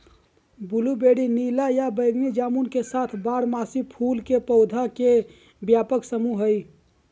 blueberry नीला या बैगनी जामुन के साथ बारहमासी फूल के पौधा के व्यापक समूह हई